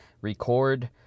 Record